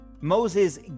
Moses